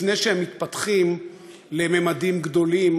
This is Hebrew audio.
לפני שהם מתפתחים לממדים גדולים.